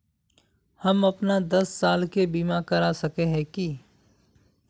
हम अपन दस साल के बीमा करा सके है की?